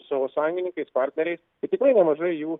savo sąjungininkais partneriais tikrai nemažai jų